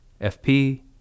FP